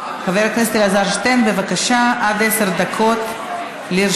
חבר הכנסת אלעזר שטרן, בבקשה, עד עשר דקות לרשותך.